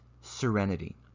serenity